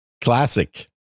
Classic